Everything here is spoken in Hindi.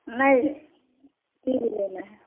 नहीं फ्रीज लेना है